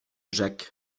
jacques